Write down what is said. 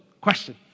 question